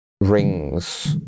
rings